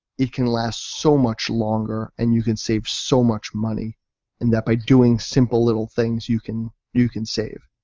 it can last so much longer and you can save so much money and that by doing simple little things you can you can save.